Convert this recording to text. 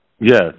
Yes